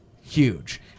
huge